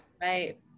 Right